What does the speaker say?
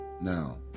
Now